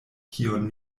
kiun